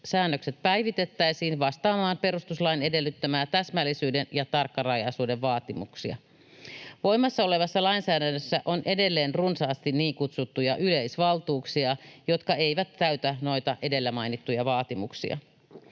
säännökset päivitettäisiin vastaamaan perustuslain edellyttämiä täsmällisyyden ja tarkkarajaisuuden vaatimuksia. Voimassa olevassa lainsäädännössä on edelleen runsaasti niin kutsuttuja yleisvaltuuksia, jotka eivät täytä noita edellä mainittuja vaatimuksia.